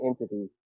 entity